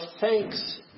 thanks